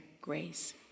grace